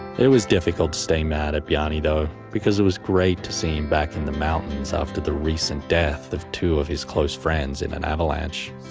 it was difficult to stay mad at bjarne though because it was great to see him back in the mountains after the recent of death of two of his close friends in an avalanche.